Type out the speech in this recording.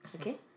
Okay